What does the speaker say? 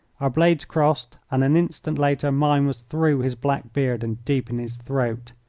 our blades crossed, and an instant later mine was through his black beard and deep in his throat.